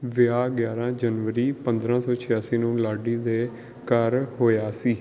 ਵਿਆਹ ਗਿਆਰਾਂ ਜਨਵਰੀ ਪੰਦਰਾਂ ਸੌ ਛਿਆਸੀ ਨੂੰ ਲਾਡੀ ਦੇ ਘਰ ਹੋਇਆ ਸੀ